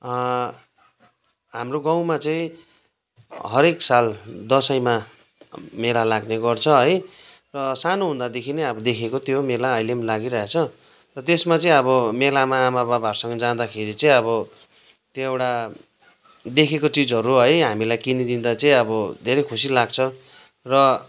हाम्रो गाउँमा चाहिँ हरेक साल दसैँमा मेला लाग्ने गर्छ है र सानो हुँदादेखि नै अब देखेको त्यो मेला अहिले पनि लागिरहेछ र त्यसमा चाहिँ अब मेलामा आमा बाबाहरूसँग जाँदाखेरि चाहिँ अब त्यो एउटा देखेको चिजहरू है हामीलाई किनिदिदाँ चाहिँ अब धेरै खुसी लाग्छ र